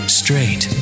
straight